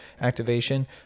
activation